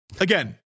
again